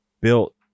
built